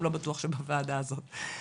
גם לא בטוח שבוועדה הזאת.